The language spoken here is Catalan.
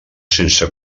sense